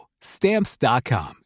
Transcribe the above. Stamps.com